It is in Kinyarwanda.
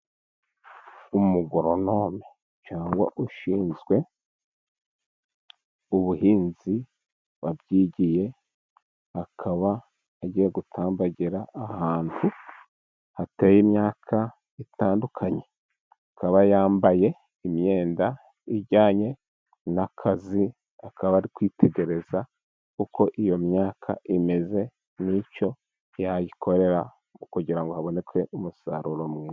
Umugoronome cyangwa ushinzwe ubuhinzi wabyigiye, akaba agiye gutambagira ahantu hateye imyaka itandukanye, akaba yambaye imyenda ijyanye n'akazi akaba ari kwitegereza uko iyo myaka imeze, n'icyo yayikorera kugira ngo haboneke umusaruro mwiza.